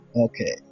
okay